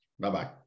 Bye-bye